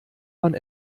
man